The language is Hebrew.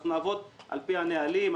אנחנו נעבוד על פי הנהלים.